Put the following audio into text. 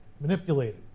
manipulated